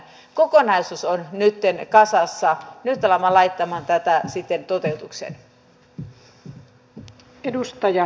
kokonaisuus on nytten kasassa nyt alamme laittamaan tätä toteutukseen